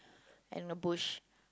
and a bush